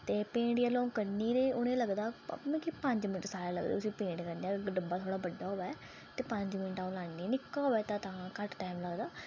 ते फ्ही जिसलै आऊँ करनी ते फ्ही उनै गी लगदा कि मिगी पंज्ज मैण्ट साकरे लगदे ते डब्बा अगर बढा होऐ ते आऊं पंज्ज मैण्ट लानी ते निक्का होऐ ते तां घट्ट टाईम लगदा